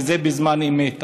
וזה בזמן אמת.